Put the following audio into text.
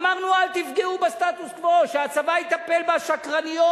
אמרנו, אל תפגעו בסטטוס-קוו, שהצבא יטפל בשקרניות.